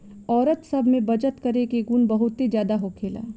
औरत सब में बचत करे के गुण बहुते ज्यादा होखेला